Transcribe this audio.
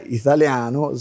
italiano